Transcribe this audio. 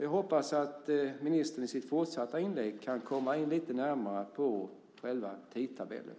Jag hoppas att ministern i sitt nästa inlägg kan komma in lite närmare på själva tidtabellen.